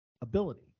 ability